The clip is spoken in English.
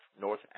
North